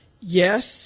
Yes